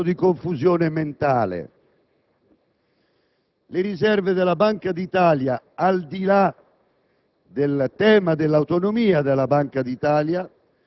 esplicito riferimento all'uso delle riserve della Banca d'Italia. È un ulteriore segno di stato di confusione mentale: